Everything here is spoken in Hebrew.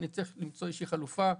נצטרך למצוא איזה חלופה.